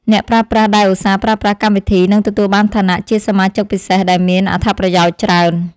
អ្នកប្រើប្រាស់ដែលឧស្សាហ៍ប្រើប្រាស់កម្មវិធីនឹងទទួលបានឋានៈជាសមាជិកពិសេសដែលមានអត្ថប្រយោជន៍ច្រើន។